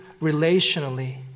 relationally